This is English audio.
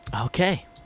Okay